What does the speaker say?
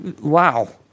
wow